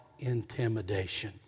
intimidation